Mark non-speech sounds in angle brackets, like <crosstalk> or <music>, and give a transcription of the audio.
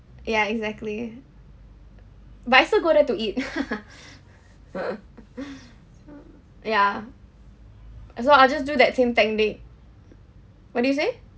ya exactly but I still go there to eat <laughs> ya uh so I'll just do that same technique what did you say